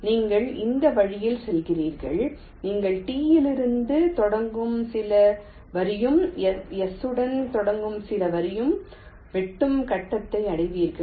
நீங்கள் இந்த வழியில் செய்கிறீர்கள் நீங்கள் T இலிருந்து தொடங்கும் சில வரியும் S உடன் தொடங்கும் சில வரியும் வெட்டும் கட்டத்தை அடைவீர்கள்